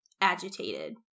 agitated